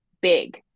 big